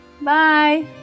Bye